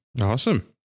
awesome